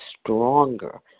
stronger